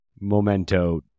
Memento